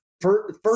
first